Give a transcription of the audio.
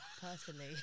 personally